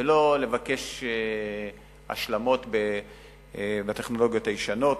ולא לבקש השלמות בטכנולוגיות הישנות,